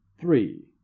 three